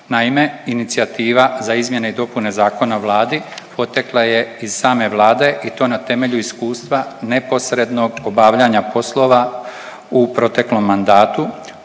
Naime, inicijativa za izmjene i dopune Zakona o vladi potekla je iz same Vlade i to na temelju iskustva neposrednog obavljanja poslova u proteklom mandatu